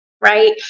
right